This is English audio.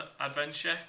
adventure